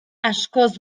askoz